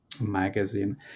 Magazine